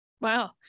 Wow